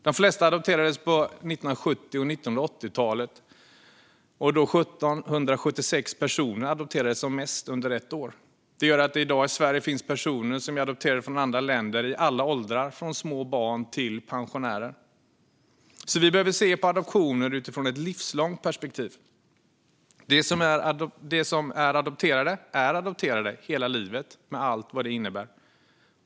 De flesta adopterades på 1970 och 1980-talen då som mest 1 776 personer adopterades under ett år. Det gör att det i dag i Sverige finns personer som är adopterade från andra länder i alla åldrar, från små barn till pensionärer. Vi behöver därför se på adoptioner utifrån ett livslångt perspektiv. De som är adopterade är adopterade hela livet med allt vad det innebär.